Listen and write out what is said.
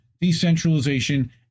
decentralization